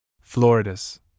floridas